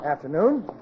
Afternoon